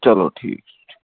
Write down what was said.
چلو ٹھیٖک چھُ ٹھیٖک